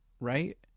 right